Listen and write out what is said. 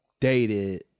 dated